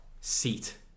seat